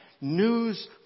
News